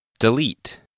Delete